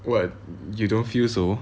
what you don't feel so